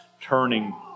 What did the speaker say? Turning